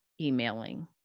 emailing